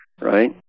right